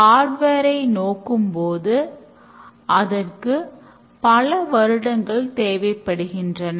இவை அனைத்தும் பயனாளர்களால் மதிப்பிடப்படுகின்றன